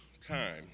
time